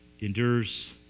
endures